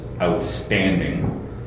outstanding